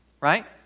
Right